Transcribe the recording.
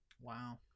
Wow